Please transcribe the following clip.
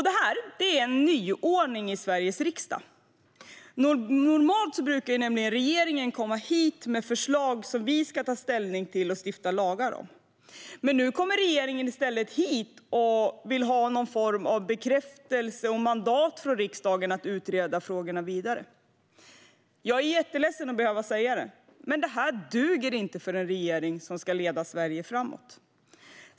Det här är en nyordning i Sveriges riksdag. Normalt brukar nämligen regeringen komma hit med förslag som vi i riksdagen ska ta ställning till och stifta lagar om. Men nu kommer regeringen i stället hit och vill ha någon form av bekräftelse och mandat från riksdagen att utreda frågorna vidare. Jag är jätteledsen att behöva säga det, men det här duger inte för en regering som ska leda Sverige framåt.